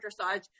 dressage